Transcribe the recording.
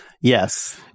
Yes